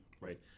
right